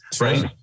Right